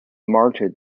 market